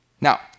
Now